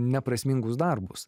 neprasmingus darbus